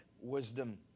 wisdom